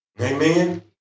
Amen